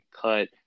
cut